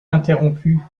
interrompus